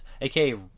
aka